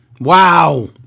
Wow